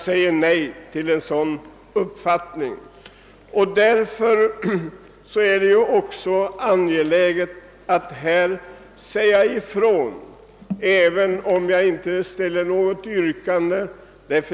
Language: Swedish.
På det sistnämnda svarar jag nej.